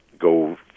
go